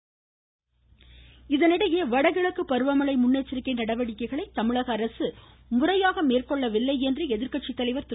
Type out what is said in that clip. ஸ்டாலின் இதனிடையே வடகிழக்கு பருவமழை முன்னெச்சரிக்கை நடவடிக்கைகளை தமிழக அரசு முறையாக மேற்கொள்ளவில்லை என திமுக தலைவர் திரு